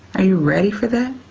are you ready for that?